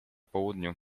południu